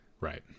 Right